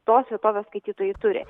tos vietovės skaitytojai turi